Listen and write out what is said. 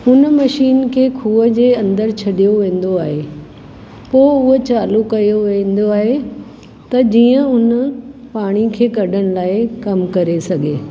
हुन मशीन खे खूअ जे अंदरि छॾियो वेंदो आहे पोइ उहो चालूं कयो वेंदो आहे त जीअं हुन पाणीअ खे कढण लाइ कमु करे सघे